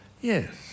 Yes